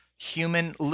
human